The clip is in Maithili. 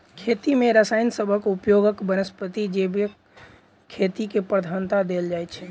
खेती मे रसायन सबहक उपयोगक बनस्पैत जैविक खेती केँ प्रधानता देल जाइ छै